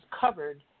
covered